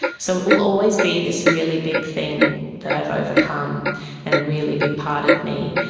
so it will always be this really big thing that i have overcome and a really big part of me.